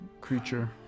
creature